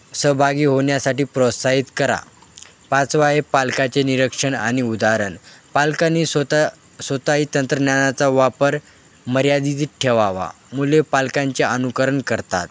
सहभागी होण्यासाठी प्रोत्साहित करा पाचवा आहे पालकाचे निरीक्षण आणि उदाहरण पालकांनी स्वतः स्वतःही तंत्रज्ञानाचा वापर मर्यादित ठेवा मुले पालकांचे अनुकरण करतात